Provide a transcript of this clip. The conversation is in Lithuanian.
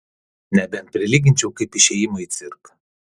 nebent prilyginčiau kaip išėjimui į cirką